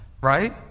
right